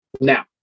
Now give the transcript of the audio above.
Now